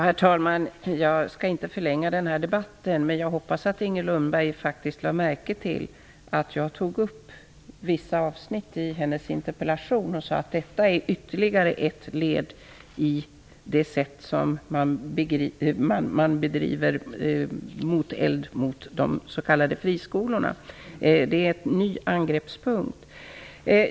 Herr talman! Jag skall inte förlänga debatten. Men jag hoppas att Inger Lundberg lade märke till att jag tog upp vissa avsnitt i hennes interpellation och sade att de var ytterligare ett led i det sätt Socialdemokraterna bedriver moteld mot de s.k. friskolorna. Det är fråga om ett nytt angreppssätt.